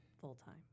full-time